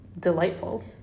Delightful